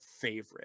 favorite